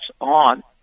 on